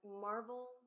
Marvel